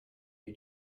you